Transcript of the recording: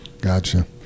Gotcha